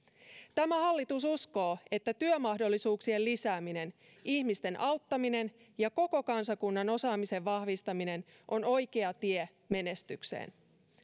tämä hallitus uskoo että työmahdollisuuksien lisääminen ihmisten auttaminen ja koko kansakunnan osaamisen vahvistaminen on oikea tie menestykseen